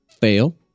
fail